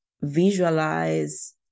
visualize